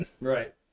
Right